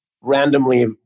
randomly